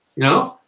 know,